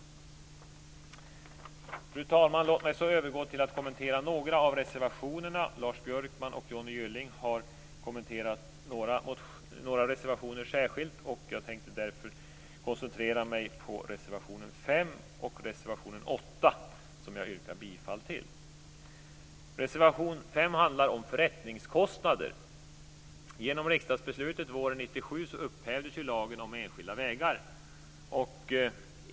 Fru talman! Låt mig därefter övergå till att kommentera några av reservationerna. Lars Björkman och Tuve Skånberg har kommenterat några reservationer särskilt, och jag tänkte därför koncentrera mig på reservation 5 och reservation 8 som jag yrkar bifall till. Genom riksdagsbeslutet våren 1997 upphävdes ju lagen om enskilda vägar.